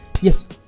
yes